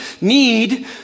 need